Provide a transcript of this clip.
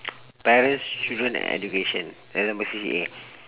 parents children and education then apa C_C_A